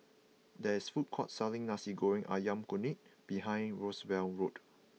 there is a food court selling Nasi Goreng Ayam Kunyit behind Roosevelt Road